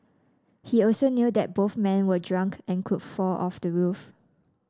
he also knew that both men were drunk and could fall off the roof